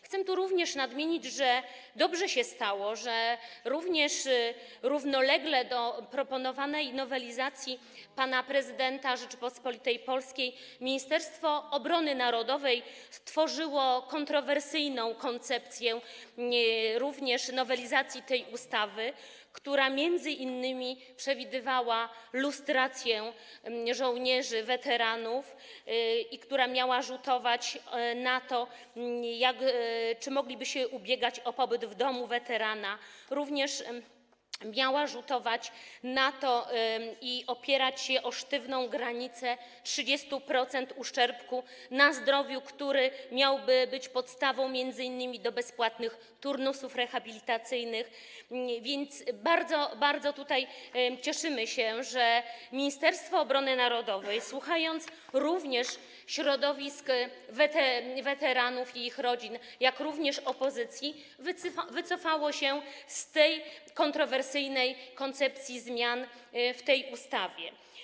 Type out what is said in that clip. Chcę również nadmienić, że dobrze się stało - jako że równolegle do proponowanej nowelizacji przez pana prezydenta Rzeczypospolitej Polskiej Ministerstwo Obrony Narodowej stworzyło kontrowersyjną koncepcję nowelizacji tej ustawy, która m.in. przewidywała lustrację żołnierzy weteranów i która miała rzutować na to, czy mogliby się ubiegać o pobyt w domu weterana, a także miała rzutować na to, że opierano by się na sztywnej granicy 30-procentowego uszczerbku na zdrowiu, jaki miałby być podstawą m.in. do bezpłatnych turnusów rehabilitacyjnych - bardzo, bardzo cieszymy się, że Ministerstwo Obrony Narodowej, wysłuchawszy głosów środowisk weteranów i ich rodzin, jak i opozycji, wycofało się z tej kontrowersyjnej koncepcji zmian w tej ustawie.